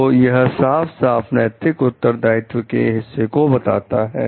तो यह साफ साफ नैतिक उत्तरदायित्व के हिस्से को बताता है